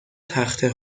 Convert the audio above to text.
تخته